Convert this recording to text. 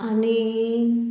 आनी